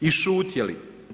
I šutjeli.